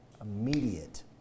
immediate